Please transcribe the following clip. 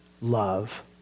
Love